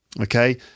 okay